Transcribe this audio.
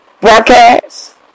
Broadcast